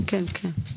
טוב,